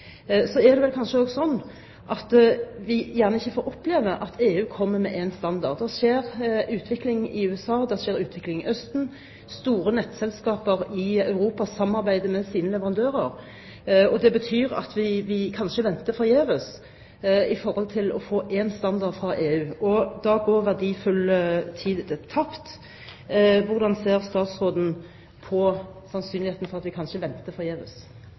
Så er det kanskje også slik at vi ikke får oppleve at EU kommer med én standard. Det skjer en utvikling i USA, det skjer en utvikling i Østen, store nettselskaper i Europa samarbeider med sine leverandører, og det betyr at vi kanskje venter forgjeves på å få én standard fra EU. Da går verdifull tid tapt. Hvordan ser statsråden på sannsynligheten for at vi kanskje